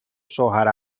شوهر